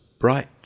Bright